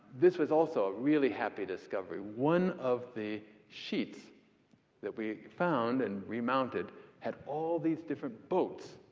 this was also a really happy discovery. one of the sheets that we found and remounted had all these different boats.